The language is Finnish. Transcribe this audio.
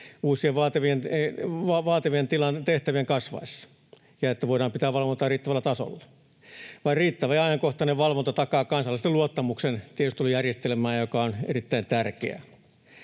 uusien vaativien tehtävien kasvaessa, jotta voidaan pitää valvontaa riittävällä tasolla. Vain riittävä ja ajankohtainen valvonta takaa kansalaisten luottamuksen tiedustelujärjestelmään, joka on erittäin tärkeä.